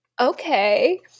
Okay